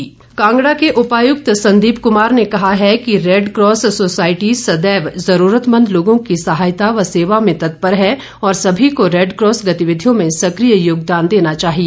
संदीप कुमार कांगड़ा के उपायुक्त संदीप कुमार ने कहा है कि रैडकॉस सोसायटी सदैव ज़रूरतमंद लोगों की सहायता व सेवा में तत्पर है और सभी को रैडकॉस गतिविधियों में सकिय योगदान देना चाहिए